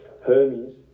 Hermes